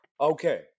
Okay